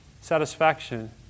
satisfaction